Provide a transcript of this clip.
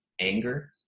anger